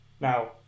now